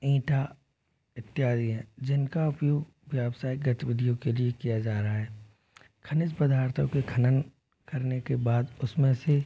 ईंट इत्यादि हैं जिन का उपयोग व्यवसायिक गतिविधियों के लिए किया जा रहा है खनिज पदार्थो के खनन करने के बाद उस में से